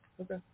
Okay